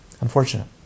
Unfortunate